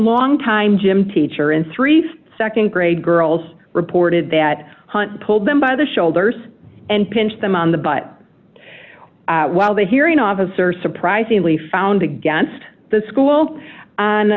long time gym teacher and three nd grade girls reported that hunt pulled them by the shoulders and pinched them on the butt while the hearing officer surprisingly found against the school